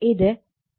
ഇത് ZY ZY ZY